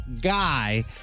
guy